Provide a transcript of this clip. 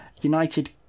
United